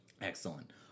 Excellent